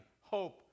hope